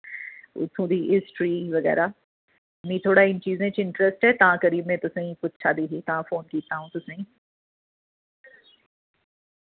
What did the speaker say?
उत्थों दी हिस्ट्री वगैरा मि थोह्ड़ा इ'ने चीजें च इंटरेस्ट ऐ तां करियै में तुसें गी पुच्छा दी ही तां फोन कीत्ता आ'ऊं तुसें